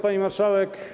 Pani Marszałek!